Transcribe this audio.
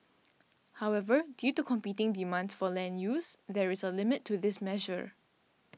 however due to competing demands for land use there is a limit to this measure